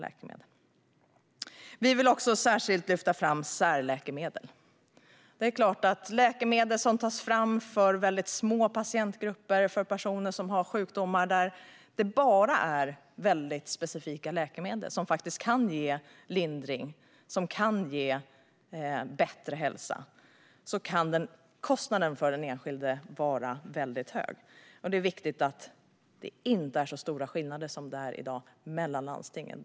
Kristdemokraterna vill särskilt lyfta fram frågan om särläkemedel. Läkemedel som tas fram för små patientgrupper, för personer med sjukdomar där enbart specifika läkemedel kan ge lindring eller bättra hälsa, kan innebära en hög kostnad för den enskilde. Det är viktigt att det inte är så stora skillnader som det är i dag mellan landstingen.